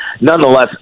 nonetheless